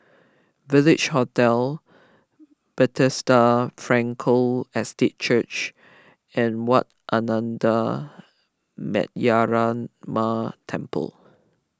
Village Hotel Bethesda Frankel Estate Church and Wat Ananda Metyarama Temple